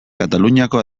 kataluniako